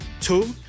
Two